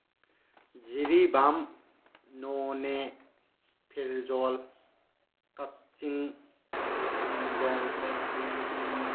ꯖꯤꯔꯤꯕꯥꯝ ꯅꯣꯅꯦ ꯐꯦꯔꯖꯣꯜ ꯀꯛꯆꯤꯡ ꯀꯥꯝꯖꯣꯡ